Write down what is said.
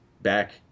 back